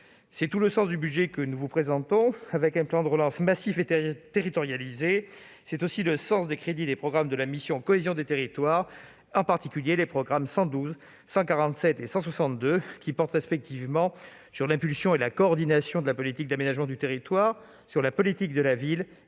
C'est tout le sens du budget que nous vous présentons, avec un plan de relance massif et territorialisé. C'est aussi le sens des crédits de la mission « Cohésion des territoires », en particulier des programmes 112, 147 et 162, qui portent respectivement sur l'impulsion et la coordination de la politique d'aménagement du territoire, sur la politique de la ville et sur les interventions